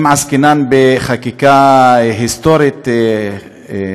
אם בחקיקה היסטורית עסקינן,